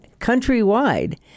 countrywide